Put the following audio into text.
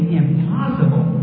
impossible